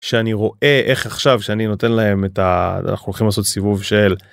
שאני רואה איך עכשיו שאני נותן להם את ה... אנחנו הולכים לעשות סיבוב של